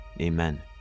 amen